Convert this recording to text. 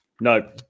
No